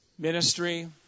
ministry